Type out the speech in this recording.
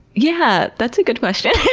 yeah that's a good question.